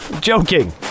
joking